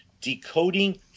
Decoding